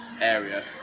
area